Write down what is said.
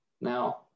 now